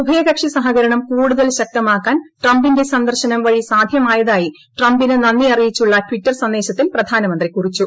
ഉഭയകക്ഷി സഹകരണം കൂടുതൽ ശക്തമാക്കാൻ ട്രംപിന്റെ സന്ദർശനം വഴി സാധ്യമായതായി ട്രംപിന് നന്ദി അറിയിച്ചുള്ള ട്ടിറ്റർ സന്ദേശത്തിൽ പ്രധാനമന്ത്രി കുറിച്ചു